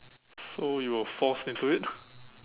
so you were forced into it